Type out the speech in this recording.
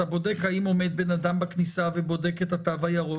אתה בודק האם עומד בן אדם בכניסה ובודק את התו הירוק.